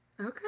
Okay